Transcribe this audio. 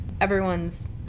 Everyone's